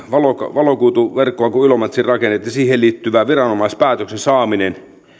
valokuituverkkoa kun ilomantsiin rakennettiin siihen liittyvän viranomaispäätöksen saaminen